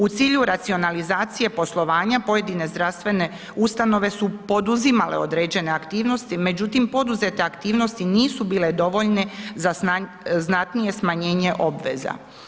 U cilju racionalizacije poslovanja pojedine zdravstvene ustanove su poduzimale određene aktivnosti, međutim, poduzete aktivnosti nisu bile dovoljne za znatnije smanjenje obveza.